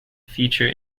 feature